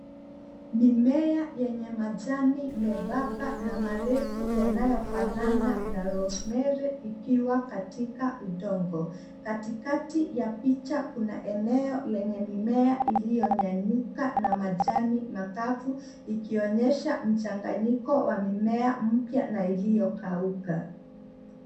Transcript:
Mimea yenye majani nyembamba na marefu yanayofanana na rosemary ikiwa katika udongo. Kati kati ya picha kuna eneo la mimea iliyonyanyuka na majani makavu ikionyesha mchanganyiko wa mimea mpya na iliyo kauka.